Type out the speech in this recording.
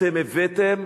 אתם הפכתם